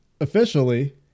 officially